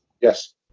Yes